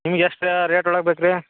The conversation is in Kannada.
ನಿಮ್ಗೆ ಎಷ್ಟು ರೇಟ್ ಒಳಗೆ ಬೇಕು ರೀ